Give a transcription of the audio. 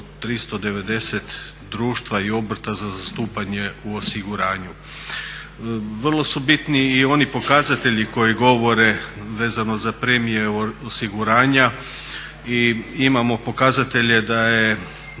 390 društva i obrta za zastupanje u osiguranju. Vrlo su bitni i oni pokazatelji koji govore vezano za premije osiguranja i imamo pokazatelje da je